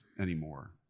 anymore